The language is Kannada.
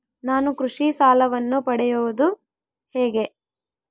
ನಾನು ಕೃಷಿ ಸಾಲವನ್ನು ಪಡೆಯೋದು ಹೇಗೆ?